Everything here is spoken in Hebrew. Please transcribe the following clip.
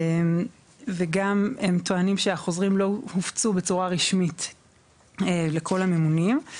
הם גם טוענים שהחוזרים לא הופצו בצורה רשמית לכל הממונים.